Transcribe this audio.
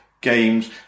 games